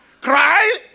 Cry